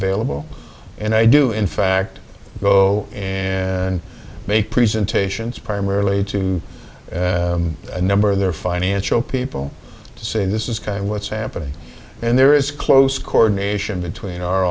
available and i do in fact go and make presentations primarily to a number of their financial people saying this is kind of what's happening and there is close coordination between our